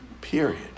Period